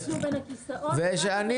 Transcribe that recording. --- נפלו בין הכיסאות --- ואם